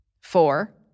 Four